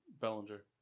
Bellinger